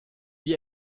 die